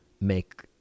make